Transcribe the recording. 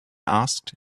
asked